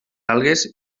algues